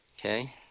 Okay